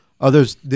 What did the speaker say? Others